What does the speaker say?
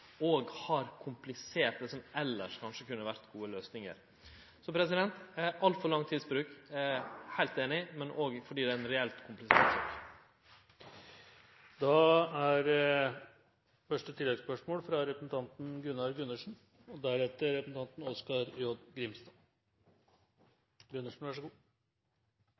har komplisert det som elles kanskje kunne ha vore gode løysingar. Så: Altfor lang tidsbruk, eg er heilt einig, men òg fordi det er ei reelt komplisert sak. Det blir oppfølgingsspørsmål – Gunnar Gundersen. Det er